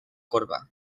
corba